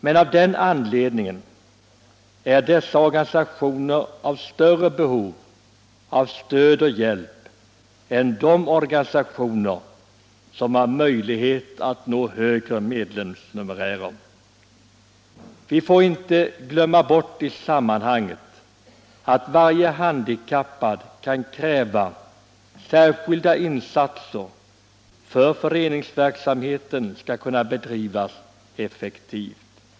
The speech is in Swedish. Men av den anledningen är dessa organisationer i större behov av stöd och hjälp än de organisationer som har möjlighet att nå höga medlemsantal. Vi får inte glömma bort i sammanhanget att varje handikappad kan kräva särskilda insatser för att föreningsverksamheten skall kunna bedrivas effektivt.